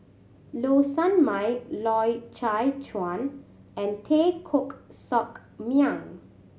Low Sanmay Loy Chye Chuan and Teo Koh Sock Miang